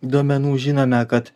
duomenų žinome kad